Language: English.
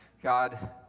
God